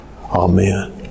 amen